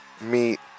Meet